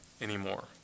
anymore